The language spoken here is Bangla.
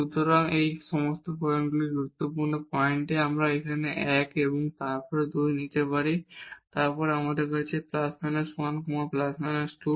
সুতরাং এইগুলি এখন গুরুত্বপূর্ণ পয়েন্টগুলি এখানে আমরা এক এবং তারপর 2 নিতে পারি তারপর আমাদের আছে ± 1 ± 2